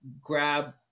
grab